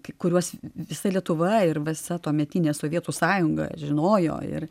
kuriuos visa lietuva ir visa tuometinė sovietų sąjunga žinojo ir